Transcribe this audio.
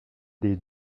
des